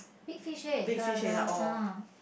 big fish head the the ah